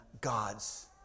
God's